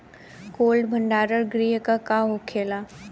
Cold भण्डार गृह का होखेला?